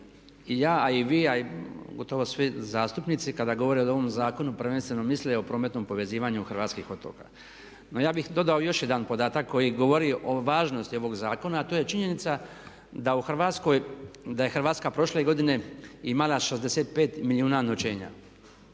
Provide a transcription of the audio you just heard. ja a i vi a i gotovo svi zastupnici kada govore o ovom zakonu prvenstveno misle o prometnom povezivanju hrvatskih otoka. No ja bih dodao još jedan podatak koji govori o važnosti ovog zakona a to je činjenica da je Hrvatska prošle godine imala 65 milijuna noćenja